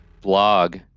blog